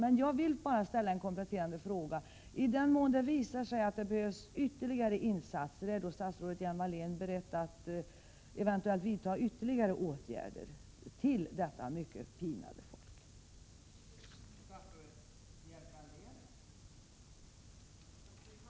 Men jag vill ändå ställa en kompletterande fråga: Ärstatsrådet Hjelm-Wallén beredd att vidta ytterligare åtgärder i den mån det skulle visa sig att vidare insatser behövs för detta mycket pinade folk?